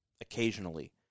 occasionally